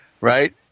right